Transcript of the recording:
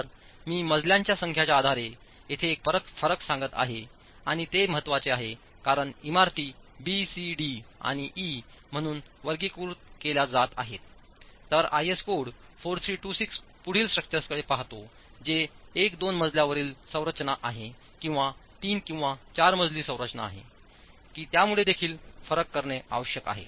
तर मी मजल्यांच्या संख्येच्या आधारे येथे एक फरक सांगत आहे आणि ते महत्वाचे आहे कारण इमारती बी सी डी आणि ई म्हणून वर्गीकृत केल्या जात आहेत तर आयएस कोड 4326 पुढील स्ट्रक्चर्सकडे पाहतो जे 1 2 मजल्यावरील संरचना आहेत किंवा 3 किंवा 4 मजली संरचना आहे की त्यामुळे देखील फरक करणे आवश्यक आहे